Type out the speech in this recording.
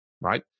right